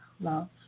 love